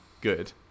Good